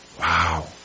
Wow